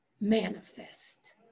manifest